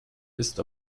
ist